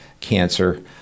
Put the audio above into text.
cancer